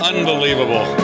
Unbelievable